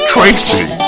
Tracy